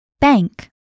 Bank